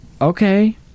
Okay